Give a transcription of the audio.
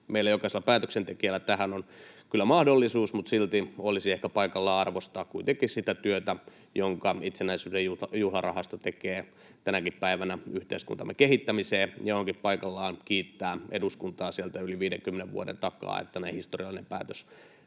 Meillä jokaisella päätöksentekijällä tähän on kyllä mahdollisuus, mutta silti olisi ehkä paikallaan arvostaa kuitenkin sitä työtä, jota itsenäisyyden juhlavuoden rahasto tekee tänäkin päivänä yhteiskuntamme kehittämiseksi. Ja onkin paikallaan kiittää eduskuntaa sieltä yli 50 vuoden takaa, että tällainen historiallinen päätös